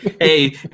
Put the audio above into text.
hey